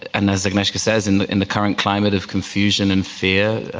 and as agnieszka says, in the in the current climate of confusion and fear,